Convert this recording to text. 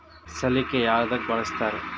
ಸಲಿಕೆ ಯದಕ್ ಬಳಸ್ತಾರ?